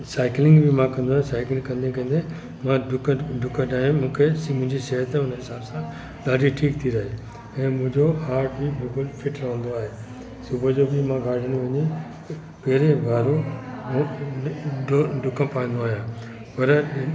cycling बि मां कंदो आहे साइकलिंग कंदे कंदे मां डुक डुक डाए मूंखे से मुंहिंजी सिहत हुनजे हिसाब सां ॾाढी ठीकु थी रहे ऐं मुंहिंजो हार्ट बि बिल्कुलु फिट रहंदो आहे सुबुह जो बि मां गार्डन में वञी पेरे उगाड़े वॉक कंदो ड्र डुक पाईंदो आहियां